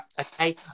Okay